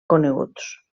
coneguts